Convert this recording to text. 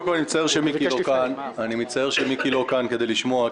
אני מצטער שמיקי לא כאן בשביל לשמוע,